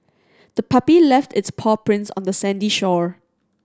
the puppy left its paw prints on the sandy shore